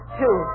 two